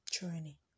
journey